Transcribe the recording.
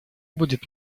будет